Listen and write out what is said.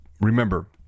Remember